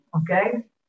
okay